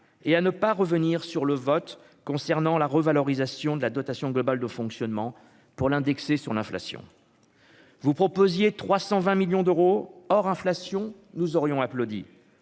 et à ne pas revenir sur le vote concernant la revalorisation de la dotation globale de fonctionnement pour l'indexer sur l'inflation. Vous proposiez 320 millions d'euros hors inflation, nous aurions applaudi